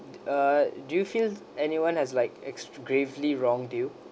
uh do you feel anyone has like ex~ gravely wrong do